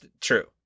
true